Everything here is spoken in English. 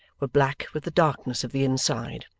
were black with the darkness of the inside.